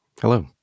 Hello